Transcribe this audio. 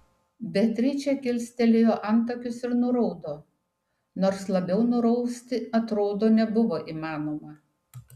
beatričė kilstelėjo antakius ir nuraudo nors labiau nurausti atrodo nebuvo įmanoma